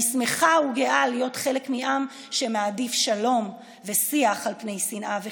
אני שמחה וגאה להיות חלק מעם שמעדיף שלום ושיח על פני שנאה וחרם.